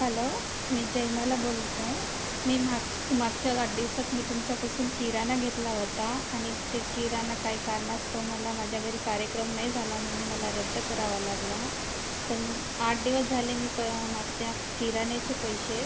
hello मी जयमाला बोलत आहे मी माग मागच्या आठ दिवसात मी तुमच्यापासून किराणा घेतला होता आणि ते किराणा काय कारणास्तव मला माझ्या घरी कार्यक्रम नाही झाला म्हणून मला रद्द करावा लागला तर आठ दिवस झाले मी प मागच्या किराण्याचे पैसे